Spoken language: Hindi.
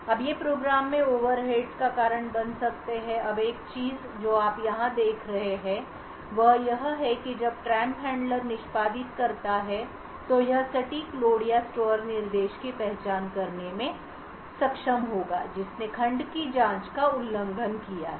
अब ये प्रोग्राम में ओवरहेड्स का कारण बन सकते हैं अब एक चीज जो आप यहां देख रहे हैं वह यह है कि जब ट्रैप हैंडलर निष्पादित करता है तो यह सटीक लोड या स्टोर निर्देश की पहचान करने में सक्षम होगा जिसने खंड की जांच का उल्लंघन किया है